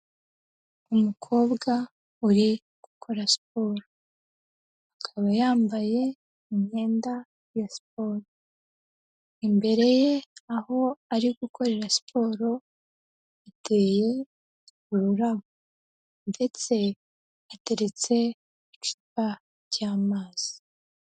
Umukobwa uri gukora siporo, akaba yambaye imyenda ya siporo, imbere ye aho ari gukorera siporo iteye ururabo ndetse hateretse icupa ry'amazi.